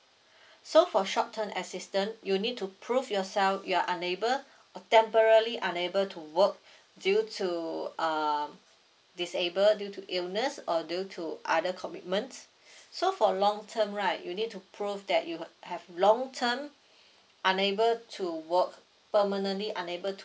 so for short term assistance you need to prove yourself you're unable or temporary unable to work due to um disable due to illness or due to other commitments so for long term right you need to prove that you would have long term unable to work permanently unable to